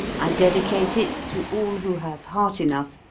i dedicate it to all who have heart enough,